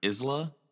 isla